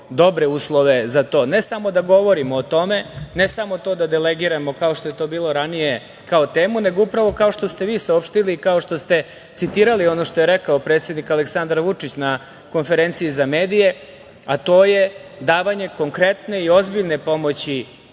dobre uslove za to. Ne samo da govorimo o tome, ne samo to da delegiramo kao što je to bilo ranije kao temu, nego upravo kao što ste vi saopštili, kao što ste citirali ono što je rekao predsednik, Aleksandar Vučić na konferenciji za medije, a to je davanje konkretne i ozbiljne pomoći